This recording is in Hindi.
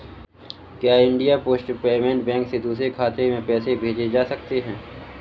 क्या इंडिया पोस्ट पेमेंट बैंक से दूसरे खाते में पैसे भेजे जा सकते हैं?